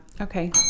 Okay